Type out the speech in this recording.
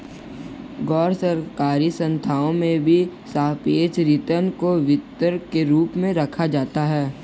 गैरसरकारी संस्थाओं में भी सापेक्ष रिटर्न को वितरण के रूप में रखा जाता है